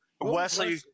Wesley